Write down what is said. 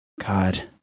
God